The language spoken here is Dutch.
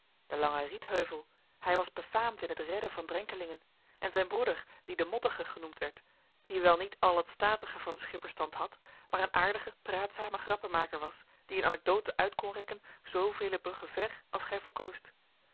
den langen rietheuvel hij was befaamd in het redden van drenkelingen en zijn broeder die de mottige genoemd werd die wel niet al het statige van den schippersstand had maar een aardige praatzame grappenmaker was die een anecdote uit kon rekken zoo vele bruggen ver als gij verkoost